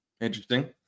Interesting